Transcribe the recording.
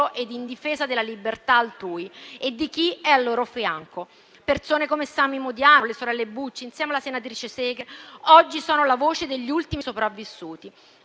e in difesa della libertà altrui e chi è al loro fianco. Persone come Sami Modiano e le sorelle Bucci, insieme alla senatrice Segre, sono oggi la voce degli ultimi sopravvissuti.